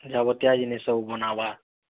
ଯାବତୀୟା ଜିନିଷ ସବୁ ବନାବା